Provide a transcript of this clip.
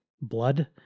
blood